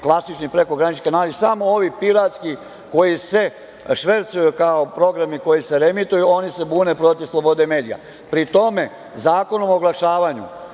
klasični prekogranični kanali. Samo ovi piratski koji se švercuju kao programi koji se reemituju oni se bune protiv slobode medija. Pri tome, Zakonom o oglašavanju